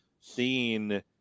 seeing